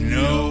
no